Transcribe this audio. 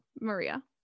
Maria